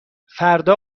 فردا